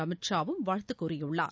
அமித் ஷாவும் வாழ்த்துக் கூறியுள்ளார்